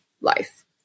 life